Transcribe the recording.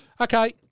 Okay